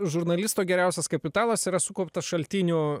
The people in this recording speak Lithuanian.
žurnalisto geriausias kapitalas yra sukauptas šaltinių